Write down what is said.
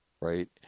right